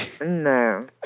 No